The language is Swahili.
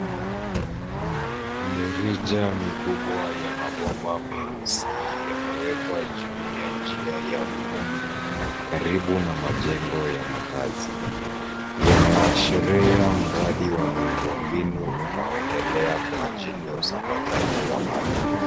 Mirija mikubwa ya mabomba meusi yamewekwa juu ya njia ya vumbi karibu na majengo ya makaazi. Yanaashiria mradi wa miundombinu inayoendelea kwa ajili ya usambazaji wa maji.